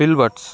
పిల్బర్ట్స్